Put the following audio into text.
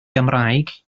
gymraeg